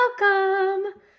welcome